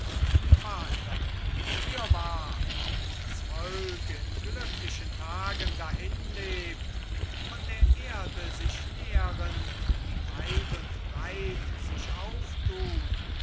vater fürwahr wenn das volk in glücklichen tagen dahinlebt von der erde sich nährend die weit und breit sich auftut